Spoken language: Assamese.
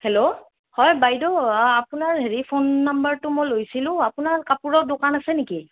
হেল্ল' হয় বাইদেউ আপোনাৰ হেৰি ফোন নম্বৰটো মই লৈছিলোঁ আপোনাৰ কাপোৰৰ দোকান আছে নেকি